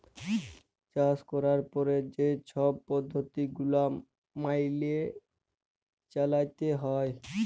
চাষ ক্যরার পরে যে ছব পদ্ধতি গুলা ম্যাইলে চ্যইলতে হ্যয়